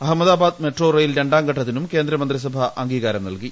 Ahmedabad metro rail രണ്ടാം ഘട്ടത്തിനും കേന്ദ്ര മന്ത്രി സഭ അംഗീകാരം നൽകി